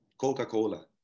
Coca-Cola